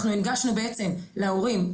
אנחנו הנגשנו בעצם להורים,